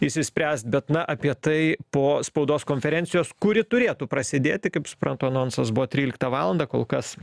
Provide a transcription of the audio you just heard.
išsispręst bet na apie tai po spaudos konferencijos kuri turėtų prasidėti kaip suprantu anonsas buvo tryliktą valandą kol kas